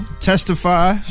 Testify